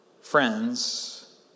Friends